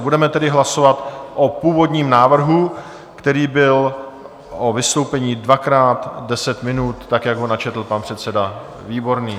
Budeme tedy hlasovat o původním návrhu, který byl o vystoupení dvakrát deset minut, jak ho načetl pan předseda Výborný.